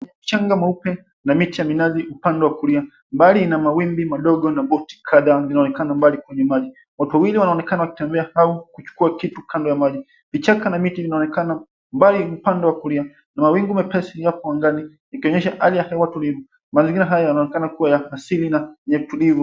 Mchanga mweupe na miti ya minazi upande wa kulia. Mbali ina mawimbi madogo na boti kadhaa zinaonekana mbali kwenye maji. Watu wawili wanaonekana wakitembea au kuchukua kitu kando ya maji. Vichaka na miti vinaonekana mbali upande wa kulia na mawingu mepesi yapo angani ikionyesha hali ya hewa tulivu. Mambo mengine haya yanaonekana kuwa ya asili na ya utulivu.